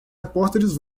repórteres